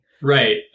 Right